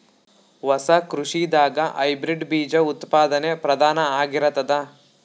ಹೊಸ ಕೃಷಿದಾಗ ಹೈಬ್ರಿಡ್ ಬೀಜ ಉತ್ಪಾದನೆ ಪ್ರಧಾನ ಆಗಿರತದ